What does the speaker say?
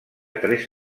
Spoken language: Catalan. tres